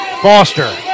Foster